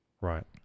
right